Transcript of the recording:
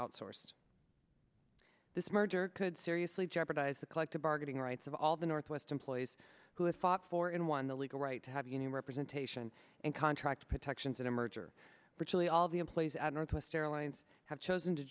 outsourced this merger could seriously jeopardize the collective bargaining rights of all the northwest employees who have fought for and won the legal right to have union representation and contract protections in a merger virtually all the employees at northwest airlines have chosen to